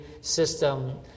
system